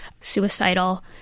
suicidal